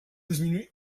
disminuir